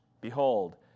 Behold